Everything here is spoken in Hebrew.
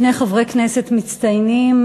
שני חברי כנסת מצטיינים,